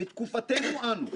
בתקופתנו אנו,